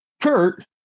Kurt